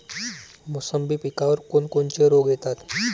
मोसंबी पिकावर कोन कोनचे रोग येतात?